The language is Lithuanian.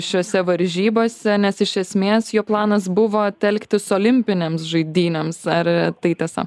šiose varžybose nes iš esmės jo planas buvo telktis olimpinėms žaidynėms ar tai tiesa